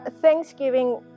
thanksgiving